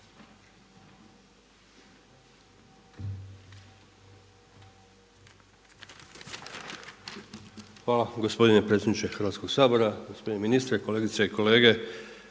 Hvala gospodine predsjedniče Hrvatskoga sabora, gospodine ministre, kolegice i kolege.